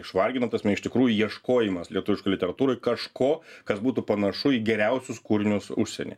išvargino ta prasme iš tikrųjų ieškojimas lietuviškoj literatūroj kažko kas būtų panašu į geriausius kūrinius užsieny